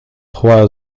trois